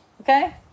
Okay